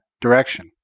direction